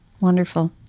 Wonderful